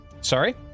Sorry